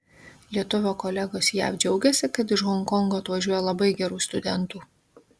lietuvio kolegos jav džiaugiasi kad iš honkongo atvažiuoja labai gerų studentų